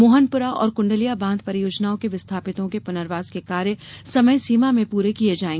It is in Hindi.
मोहनपुरा और कुण्डालिया बांध परियोजनाओं के विस्थापितों के पुनर्वास के कार्य समय सीमा में प्ररे किये जायें